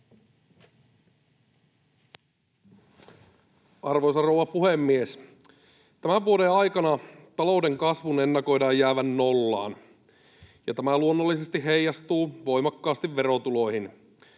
Arvoisa rouva puhemies! Tämän vuoden aikana talouden kasvun ennakoidaan jäävän nollaan, ja tämä luonnollisesti heijastuu voimakkaasti verotuloihin.